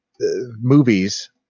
movies